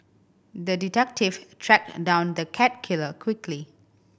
the detective tracked down the cat killer quickly